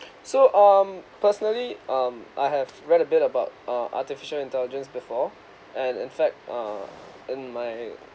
so um personally um I have read a bit about uh artificial intelligence before and in fact err in my